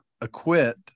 acquit